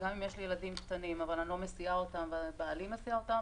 גם אם יש לי ילדים קטנים אבל אני לא מסיעה אותם ובעלי מסיע אותם,